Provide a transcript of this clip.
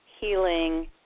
healing